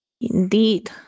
Indeed